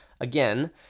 again